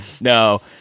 No